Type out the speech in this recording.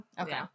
Okay